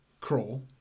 Crawl